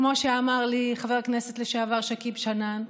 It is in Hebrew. כמו שאמר לי חבר הכנסת לשעבר שכיב שנאן,